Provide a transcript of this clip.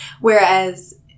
Whereas